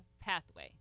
pathway